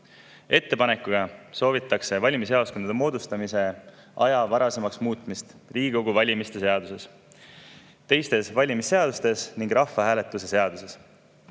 Ettepanekuga soovitakse valimisjaoskondade moodustamise aja varasemaks muutmist Riigikogu valimise seaduses, teistes valimisseadustes ning rahvahääletuse seaduses.